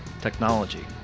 technology